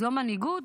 זאת מנהיגות?